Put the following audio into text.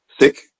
sick